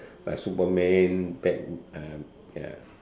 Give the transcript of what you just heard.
like Superman Bat~ uh ya